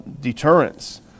deterrence